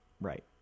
right